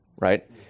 Right